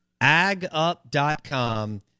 AgUp.com